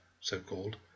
so-called